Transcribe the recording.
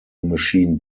machine